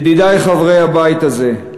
ידידי, חברי הבית הזה,